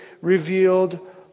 revealed